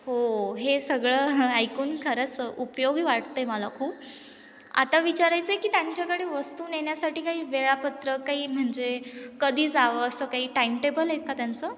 हो हे सगळं ऐकून खरंच उपयोगी वाटतं आहे मला खूप आता विचारायचं आहे की त्यांच्याकडे वस्तू नेण्यासाठी काही वेळापत्र काही म्हणजे कधी जावं असं काही टाईमटेबल आहेत का त्यांचं